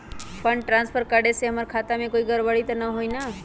Fund transfer करे से हमर खाता में कोई गड़बड़ी त न होई न?